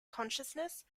consciousness